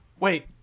Wait